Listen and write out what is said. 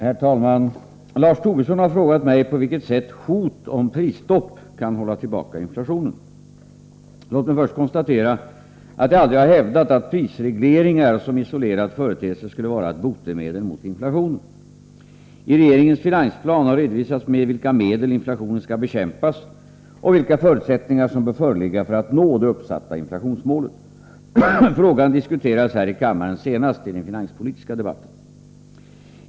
Herr talman! Lars Tobisson har frågat mig på vilket sätt hot om prisstopp kan hålla tillbaka inflationen. Låg mig först konstatera att jag aldrig har hävdat att prisregleringar som isolerad företeelse skulle vara ett botemedel mot inflationen. I regeringens finansplan har redovisats med vilka medel inflationen skall bekämpas och vilka förutsättningar som bör föreligga för att nå det uppsatta inflationsmålet. Frågan diskuterades här i kammaren senast i den finanspolitiska debatten.